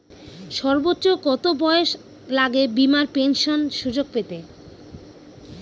সর্বোচ্চ কত বয়স লাগে বীমার পেনশন সুযোগ পেতে?